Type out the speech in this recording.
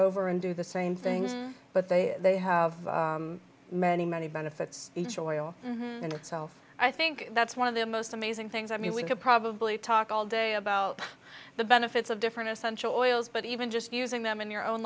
over and do the same thing but they they have many many benefits each oil in itself i think that's one of the most amazing things i mean we could probably talk all day about the benefits of different essential oils but even just using them in your own